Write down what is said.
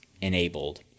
enabled